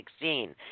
2016